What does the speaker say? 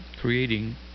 creating